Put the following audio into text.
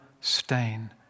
stain